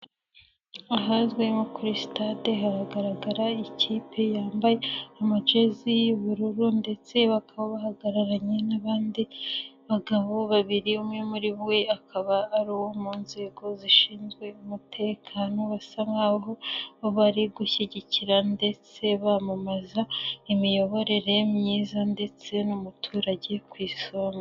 Ahazwi nko kuri sitade hagaragara ikipe yambaye amajezi y'ubururu ndetse bakaba bahagararanye n'abandi bagabo ba biri umwe muri we akaba ari uwo mu nzego zishinzwe umutekano, basaba naho bari gushyigikira ndetse bamamaza imiyoborere myiza ndetse n'umuturage ku isonga.